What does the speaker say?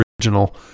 original